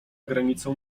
granicą